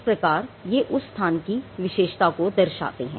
इस प्रकार यह उस स्थान की विशेषता को दर्शाते हैं